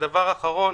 דבר אחרון,